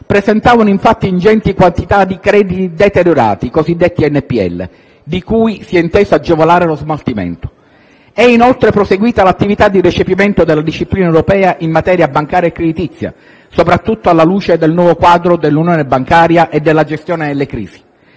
presentavano infatti ingenti quantità di crediti deteriorati (cosiddetti NPL) di cui si è inteso agevolare lo smaltimento. È inoltre proseguita l'attività di recepimento della disciplina europea in materia bancaria e creditizia, soprattutto alla luce del nuovo quadro dell'Unione bancaria e della gestione delle crisi.